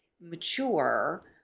mature